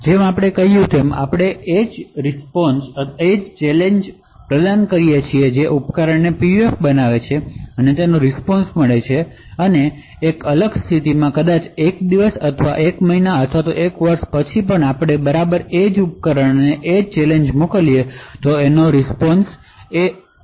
જેમ આપણે કહ્યું છે આપણે તે જ ચેલેંજ પ્રદાન કરીએ છીએ જે ઉપકરણને PUF છે તેનો રીસ્પોન્શ મળે છે અને એક અલગ સ્થિતિમાં કદાચ એક દિવસ પછી અથવા એક મહિના પછી અથવા એક વર્ષ પછી આપણે બરાબર એ જ ઉપકરણને તે જ ચેલેંજ મોકલીએ છીએ અને એ જ રીસ્પોન્શ પ્રાપ્ત કરીએ છીએ